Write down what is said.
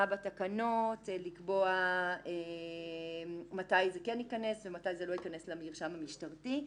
בתקנות לקבוע מתי זה ייכנס ומתי זה לא ייכנס למרשם המשטרתי.